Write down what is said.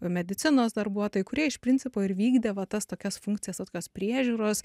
medicinos darbuotojai kurie iš principo ir vykdė va tas tokias funkcijas va tokios priežiūros